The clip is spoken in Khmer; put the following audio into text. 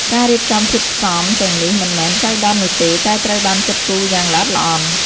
ការរៀបចំធាតុផ្សំទាំងនេះមិនមែនចៃដន្យនោះទេ តែត្រូវបានគិតគូរយ៉ាងល្អិតល្អន់។